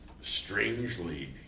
strangely